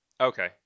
Okay